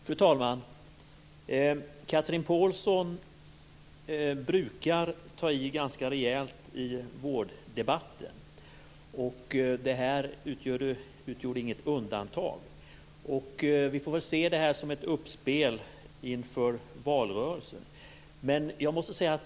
Fru talman! Chatrine Pålsson brukar ta i ganska rejält i vårddebatten. Det här utgjorde inget undantag. Vi får väl se detta som ett uppspel inför valrörelsen.